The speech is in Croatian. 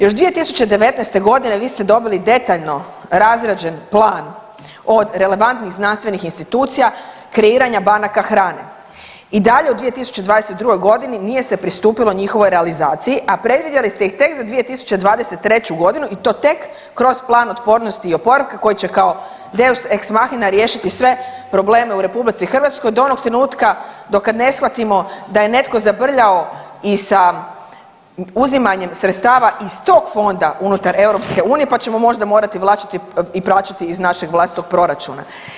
Još 2019.g. vi ste dobili detaljno razrađen plan od relevantnih znanstvenih institucija kreiranja banaka hrane i dalje u 2022.g. nije se pristupilo njihovoj realizaciji, a predvidjeli ste ih tek za 2023.g. i to tek kroz Plan otpornosti i oporavka koji će kao deus ex machina riješiti sve probleme u RH do onog trenutka dok kad ne shvatimo da je netko zabrljao i sa uzimanjem sredstava iz tog fonda unutar EU pa ćemo možda morati vraćati i plaćati iz našeg vlastitog proračuna.